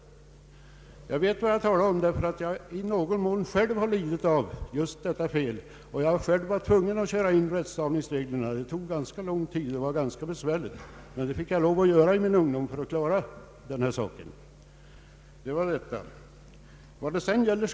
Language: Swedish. Jag vet vad jag talar om, eftersom jag själv i någon mån har lidit av detta fel och varit tvungen att lära mig rättstavningsreglerna. Det tog lång tid och var ganska besvärligt, men jag fick lov att göra det i min ungdom för att klara rättskrivningen.